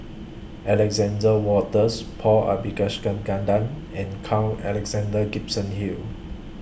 Alexander Wolters Paul Abisheganaden and Carl Alexander Gibson Hill